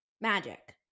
magic